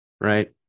right